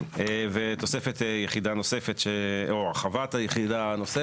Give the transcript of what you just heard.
ותופסת יחידה נוספת או הרחבת היחידה הנוספת.